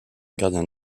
gardien